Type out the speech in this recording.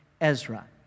Ezra